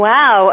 Wow